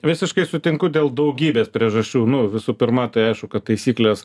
visiškai sutinku dėl daugybės priežasčių nu visų pirma tai aišku kad taisyklės